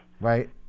Right